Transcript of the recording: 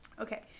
Okay